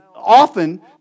often